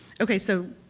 okay so